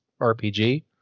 RPG